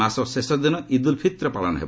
ମାସ ଶେଷଦିନ ଇଦୁଲ୍ ଫିତ୍ର ପାଳନ ହେବ